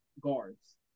guards